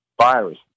virus